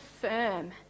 firm